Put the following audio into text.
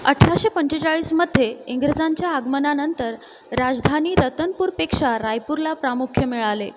अठराशे पंचेचाळीसमध्ये इंग्रजांच्या आगमनानंतर राजधानी रतनपूरपेक्षा रायपूरला प्रामुख्य मिळाले